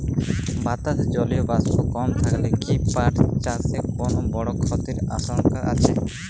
বাতাসে জলীয় বাষ্প কম থাকলে কি পাট চাষে কোনো বড় ক্ষতির আশঙ্কা আছে?